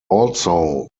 also